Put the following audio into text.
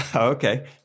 Okay